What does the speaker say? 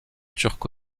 turco